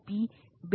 तो ऐसा नहीं है